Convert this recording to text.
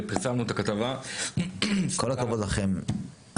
פרסמנו את הכתבה --- כל הכבוד לכם,